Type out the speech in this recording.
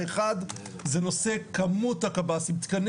האחת זה נושא כמות הקבסי"ם תקני